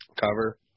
cover